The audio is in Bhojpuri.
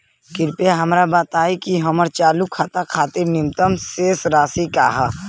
कृपया हमरा बताइं कि हमर चालू खाता खातिर न्यूनतम शेष राशि का ह